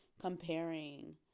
comparing